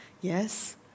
yes